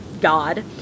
God